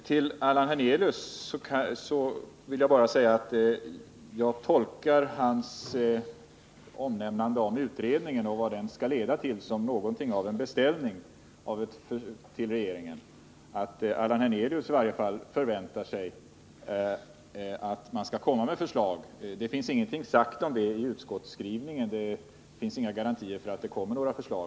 Till Allan Hernelius vill jag bara säga att jag tolkar hans omnämnande av utredningen och vad den skall leda till som något av en beställning till regeringen, innebärande att i varje fall Allan Hernelius förväntar sig att regeringen skall lägga fram ett förslag i det aktuella ämnet. Det finns i utskottets skrivning inget sagt om detta som ger några garantier för att några förslag skall komma.